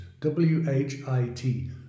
w-h-i-t